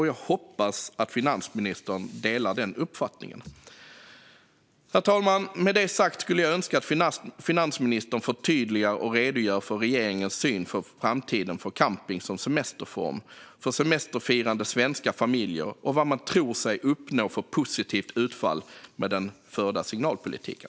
Jag hoppas att finansministern delar den uppfattningen. Herr talman! Jag skulle önska att finansministern förtydligar och redogör för regeringens syn på framtiden för camping som semesterform för semesterfirande svenska familjer och vilket positivt utfall man tror sig få med den förda signalpolitiken.